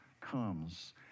comes